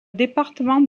département